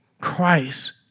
Christ